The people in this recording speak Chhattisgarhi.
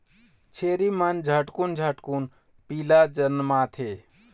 छेरी मन झटकुन झटकुन पीला जनमाथे